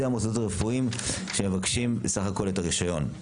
המוסדות הרפואיים שמבקשים בסך הכול את הרישיון.